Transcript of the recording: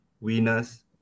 winners